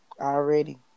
Already